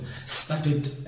started